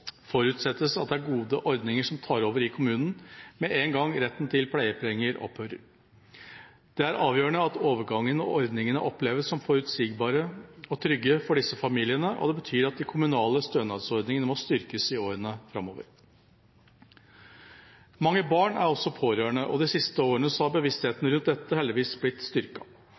forutsettes at det er gode ordninger som tar over i kommunen med en gang retten til pleiepenger opphører. Det er avgjørende at overgangen og ordningene oppleves som forutsigbare og trygge for disse familiene, og det betyr at de kommunale stønadsordningene må styrkes i årene framover. Mange barn er også pårørende, og de siste årene har bevisstheten rundt dette heldigvis blitt